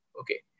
Okay